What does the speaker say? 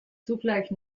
zugleich